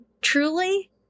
truly